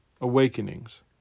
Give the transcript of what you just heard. awakenings